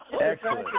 Excellent